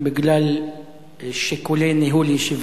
בגלל שיקולי ניהול ישיבה.